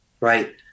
Right